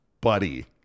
Buddy